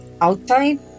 outside